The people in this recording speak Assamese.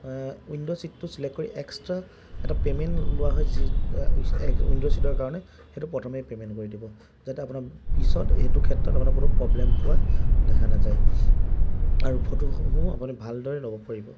উইণ্ড' ছিটটো চিলেক্ট কৰি এক্সট্ৰা এটা পে'মেণ্ট লোৱা হয় যি উইণ্ড' ছিটৰ কাৰণে সেইটো প্ৰথমেই পে'মেণ্ট কৰি দিব যাতে আপোনাৰ পিছত সেইটো ক্ষেত্ৰত আপোনাৰ কোনো প্ৰব্লেম পোৱা দেখা নাযায় আৰু ফটোসমূহ আপুনি ভালদৰে ল'ব পাৰিব